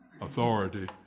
authority